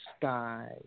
skies